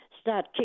start